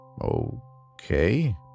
Okay